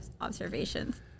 observations